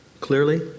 clearly